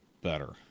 better